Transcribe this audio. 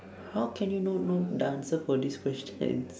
how can you not know the answer for these questions